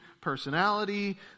personality